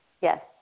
Yes